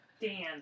Dan